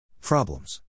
Problems